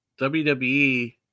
WWE